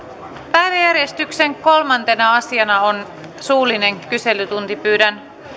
päiväjärjestyksen kolmantena asiana on suullinen kyselytunti pyydän